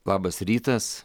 labas rytas